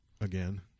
again